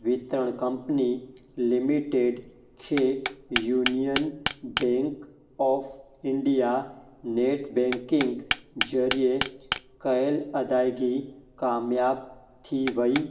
वितरण company limited ख़े union bank of India net banking जरिए कयल अदाइगी कामयाबु थी वई